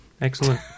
Excellent